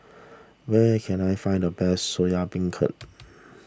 where can I find the best Soya Beancurd